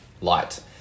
light